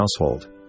household